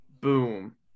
Boom